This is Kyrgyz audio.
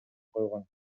койгон